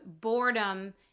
boredom